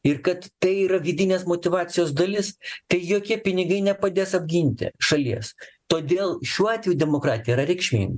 ir kad tai yra vidinės motyvacijos dalis tai jokie pinigai nepadės apginti šalies todėl šiuo atveju demokratija yra reikšminga